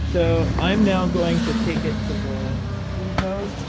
so i'm now going to take it to the feed mode,